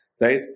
right